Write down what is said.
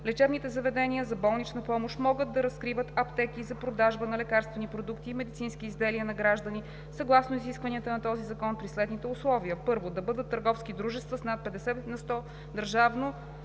Лечебните заведения за болнична помощ могат да разкриват аптеки за продажба на лекарствени продукти и медицински изделия на граждани съгласно изискванията на този закон при следните условия: 1. да бъдат търговски дружества с над 50 на сто